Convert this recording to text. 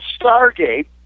Stargate